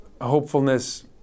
hopefulness